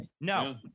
No